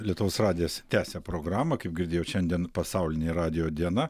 lietuvos radijas tęsia programą kaip girdėjot šiandien pasaulinė radijo diena